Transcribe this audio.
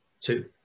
two